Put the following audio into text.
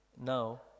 Now